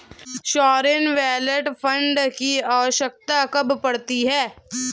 Sovereign wealth fund की आवश्यकता कब पड़ती है?